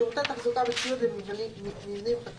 שירותי תחזוקה וציוד למבנים חקלאיים,